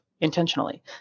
intentionally